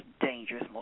dangerous